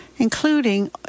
including